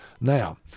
Now